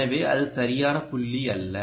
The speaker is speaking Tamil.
எனவே அது சரியான புள்ளி அல்ல